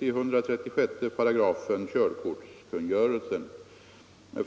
i 136 § körkortskungörelsen.